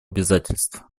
обязательств